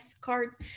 cards